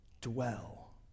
dwell